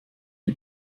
wie